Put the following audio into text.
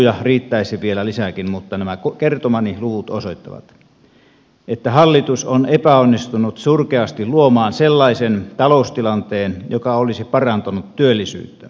lukuja riittäisi vielä lisääkin mutta nämä kertomani luvut osoittavat että hallitus on epäonnistunut surkeasti luomaan sellaisen taloustilanteen joka olisi parantanut työllisyyttä